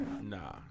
Nah